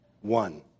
one